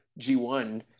G1